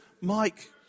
Mike